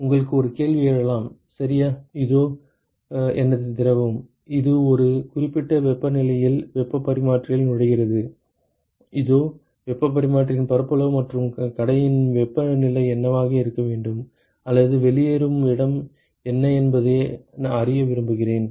உங்களுக்கு ஒரு கேள்வி எழலாம் சரியா இதோ எனது திரவம் இது ஒரு குறிப்பிட்ட வெப்பநிலையில் வெப்பப் பரிமாற்றியில் நுழைகிறது இதோ வெப்பப் பரிமாற்றியின் பரப்பளவு மற்றும் கடையின் வெப்பநிலை என்னவாக இருக்க வேண்டும் அல்லது வெளியேறும் இடம் என்ன என்பதை அறிய விரும்புகிறேன்